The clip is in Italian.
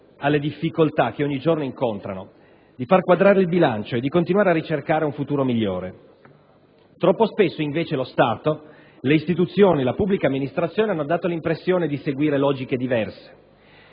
alle difficoltà che ogni giorno incontrano, di far quadrare il bilancio e di continuare a ricercare un futuro migliore. Troppo spesso invece lo Stato, le istituzioni, la pubblica amministrazione hanno dato l'impressione di seguire logiche diverse.